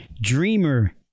Dreamer